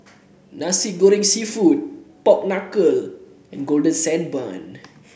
Nasi Goreng seafood Pork Knuckle and Golden Sand Bun